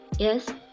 Yes